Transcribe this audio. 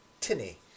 tinny